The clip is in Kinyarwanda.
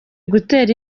gutera